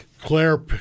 Claire